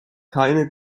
keine